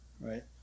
right